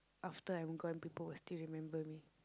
after I'm gone people will still remember me